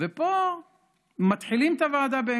של חמש דקות הוא לא היה מוכן לתת,